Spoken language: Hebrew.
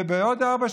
ובעוד ארבע שנים,